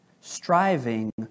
striving